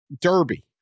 Derby